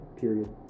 period